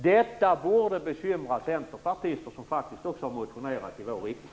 Det borde bekymra centerpartister, som faktiskt har motionerat i vår riktning.